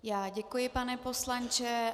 Já děkuji, pane poslanče.